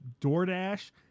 DoorDash